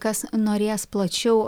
kas norės plačiau